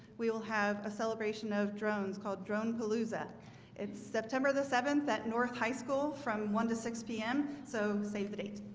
we will have a celebration of drones called drone palooza it's september the seventh at north high school from one to six p m. so save the date